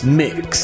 mix